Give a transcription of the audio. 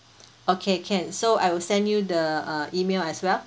okay can so I will send you the email as well